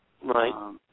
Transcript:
Right